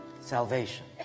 salvation